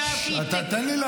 אדוני,